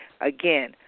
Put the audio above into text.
again